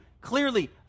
clearly